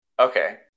Okay